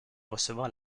recevoir